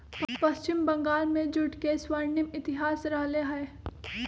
पश्चिम बंगाल में जूट के स्वर्णिम इतिहास रहले है